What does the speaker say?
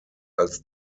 als